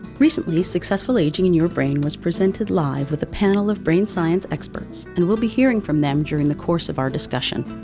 recently, successful aging and your brain was presented live with a panel of brain science experts, and we'll be hearing from them during the course of our discussion.